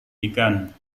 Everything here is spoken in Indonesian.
ikan